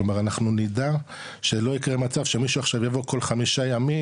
כלומר אנחנו נדע שלא יקרה מצב שמישהו עכשיו יבוא כל חמישה ימים,